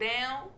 down